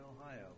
Ohio